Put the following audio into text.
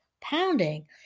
pounding